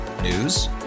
News